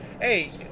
hey